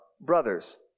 brothers